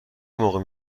موقع